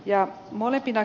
herr talman